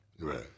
Right